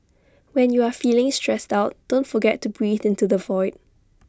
when you are feeling stressed out don't forget to breathe into the void